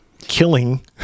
killing